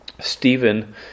Stephen